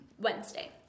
Wednesday